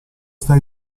sta